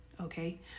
okay